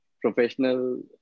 professional